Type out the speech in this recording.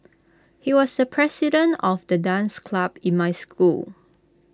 he was the president of the dance club in my school